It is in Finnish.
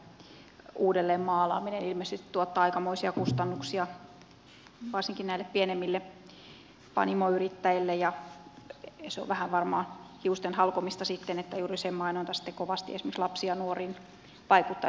elikkä esimerkiksi tämä jakeluautojen uudelleenmaalaaminen ilmeisesti tuottaa aikamoisia kustannuksia varsinkin näille pienemmille panimoyrittäjille ja se on varmaan vähän hiustenhalkomista että juuri se mainonta sitten kovasti esimerkiksi lapsiin ja nuoriin vaikuttaisi